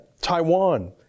Taiwan